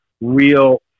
real